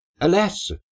Alas